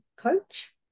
coach